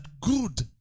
good